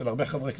של הרבה חברי כנסת,